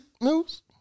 News